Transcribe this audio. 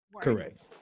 correct